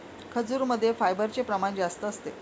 खजूरमध्ये फायबरचे प्रमाण जास्त असते